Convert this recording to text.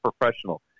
professional